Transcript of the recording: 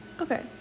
okay